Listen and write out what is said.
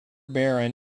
baron